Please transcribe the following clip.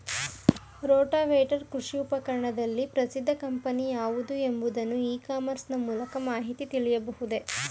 Rotavator ಕೃಷಿ ಉಪಕರಣದಲ್ಲಿ ಪ್ರಸಿದ್ದ ಕಂಪನಿ ಯಾವುದು ಎಂಬುದನ್ನು ಇ ಕಾಮರ್ಸ್ ನ ಮೂಲಕ ಮಾಹಿತಿ ತಿಳಿಯಬಹುದೇ?